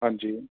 ਹਾਂਜੀ